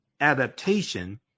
adaptation